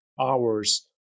hours